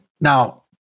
Now